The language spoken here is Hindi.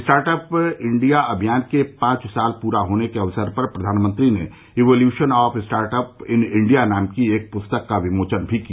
स्टार्टअप इंडिया अभियान के पांच साल पूरा होने के अवसर पर प्रधानमंत्री ने evolution of startup in India नाम की एक पुस्तक का विमोचन भी किया